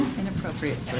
Inappropriate